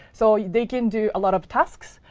so they can do a lot of tasks.